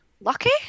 lucky